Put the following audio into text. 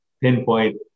pinpoint